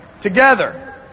together